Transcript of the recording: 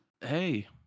hey